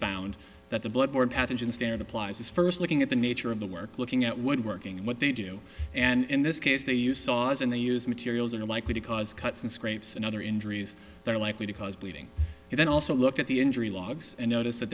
found that the blood borne pathogens stand applies is first looking at the nature of the work looking at woodworking and what they do and in this case they you saw and they use materials are likely to cause cuts and scrapes and other injuries that are likely to cause bleeding and then also look at the injury logs and notice that